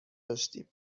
داشتیم